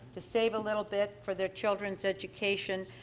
to save a little bit for their children's education,